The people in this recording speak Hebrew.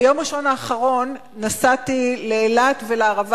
ביום ראשון האחרון נסעתי לאילת ולערבה